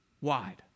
wide